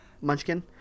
Munchkin